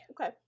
Okay